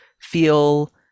feel